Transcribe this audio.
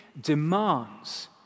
demands